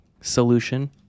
solution